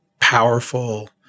powerful